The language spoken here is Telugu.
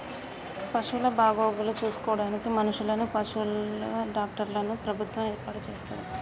పశువుల బాగోగులు చూసుకోడానికి మనుషులను, పశువుల డాక్టర్లను ప్రభుత్వం ఏర్పాటు చేస్తది